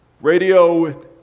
Radio